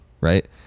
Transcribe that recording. right